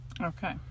Okay